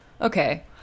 okay